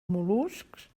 mol·luscs